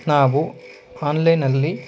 ನಾವು ಆನ್ಲೈನಲ್ಲಿ